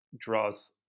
draws